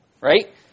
Right